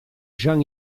jean